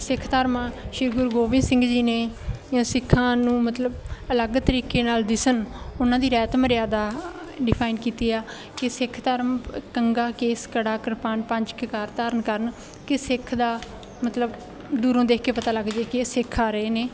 ਸਿੱਖ ਧਰਮ ਆ ਸ਼੍ਰੀ ਗੁਰੂ ਗੋਬਿੰਦ ਸਿੰਘ ਜੀ ਨੇ ਜਾਂ ਸਿੱਖਾਂ ਨੂੰ ਮਤਲਬ ਅਲੱਗ ਤਰੀਕੇ ਨਾਲ ਦਿਸਣ ਉਹਨਾਂ ਦੀ ਰਹਿਤ ਮਰਿਆਦਾ ਡਿਫਾਈਨ ਕੀਤੀ ਆ ਕਿ ਸਿੱਖ ਧਰਮ ਕੰਘਾ ਕੇਸ ਕੜਾ ਕਰਪਾਨ ਪੰਜ ਕਕਾਰ ਧਾਰਨ ਕਰਨ ਕਿ ਸਿੱਖ ਦਾ ਮਤਲਬ ਦੂਰੋਂ ਦੇਖ ਕੇ ਪਤਾ ਲੱਗ ਜੇ ਕੇ ਇਹ ਸਿੱਖ ਆ ਰਹੇ ਨੇ